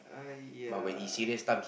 !aiya!